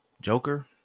Joker